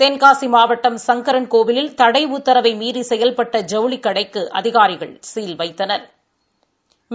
தென்காசி மாவட்டம் சங்கரன்கோவிலில் தடை உத்தரவை மீறி செயல்பட்ட ஜவுளிக்கடைக்கு அதிகாரிகள் சீல் வைத்தனா்